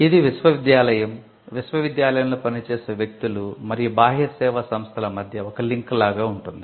ఇది విశ్వవిద్యాలయం విశ్వవిద్యాలయంలో పనిచేసే వ్యక్తులు మరియు బాహ్య సేవా సంస్థల మధ్య ఒక లింక్ లాగ ఉంటుంది